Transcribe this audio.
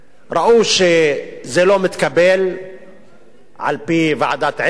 ראו שזה לא מתקבל על-פי ועדת-עברי,